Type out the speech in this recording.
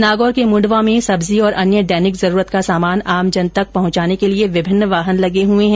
नागौर के मूंडवा में सब्जी और अन्य दैनिक जरूरत का सामान आमजन तक पहुंचाने के लिए विभिन्न वाहन लगे हुए है